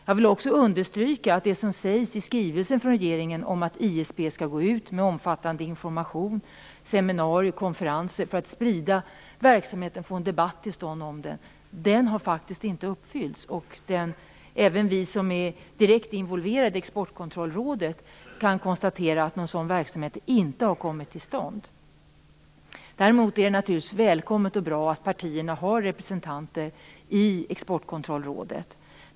Jag vill också understryka att det som sägs i skrivelsen från regeringen om att ISP skall gå ut med omfattande information, seminarier och konferenser för att sprida verksamheten och för att få en debatt till stånd om den faktiskt inte har uppfyllts. Även vi som är direkt involverade i Exportkontrollrådet kan konstatera att någon sådan verksamhet inte har kommit till stånd. Däremot är det naturligtvis välkommet och bra att partierna har representanter i Exportkontrollrådet.